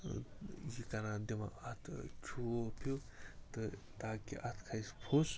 ٲں یہِ کَران دِوان اَتھ چھوپ ہیٛو تہٕ تاکہِ اَتھ کھژھہِ پوٚس